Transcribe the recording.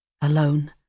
alone